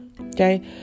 Okay